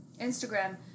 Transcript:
Instagram